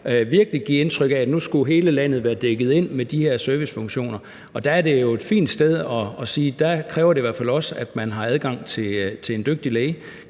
gav indtryk af, at nu skulle hele landet være dækket ind med de her servicefunktioner. Der er det jo et fint sted at sige, at det i hvert fald også kræver, at man har adgang til en dygtig læge,